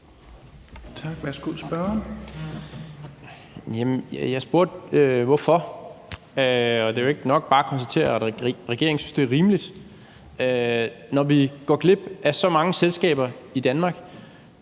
man gør det, og det er jo ikke nok bare at konstatere, at regeringen synes, det er rimeligt, når vi går glip af så mange selskaber i Danmark.